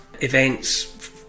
events